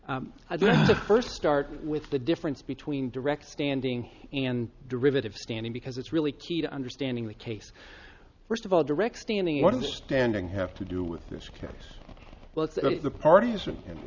first start with the difference between direct standing and derivative standing because it's really key to understanding the case first of all direct standing one of the standing have to do with this case well it's the parties and